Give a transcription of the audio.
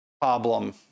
problem